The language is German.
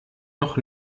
noch